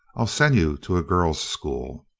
i'll send you to a girl's school.